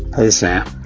hey, sam.